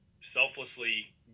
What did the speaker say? selflessly